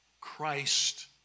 Christ